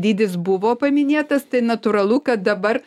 dydis buvo paminėtas tai natūralu kad dabar